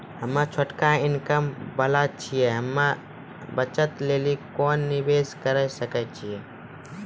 हम्मय छोटा इनकम वाला छियै, हम्मय बचत लेली कोंन निवेश करें सकय छियै?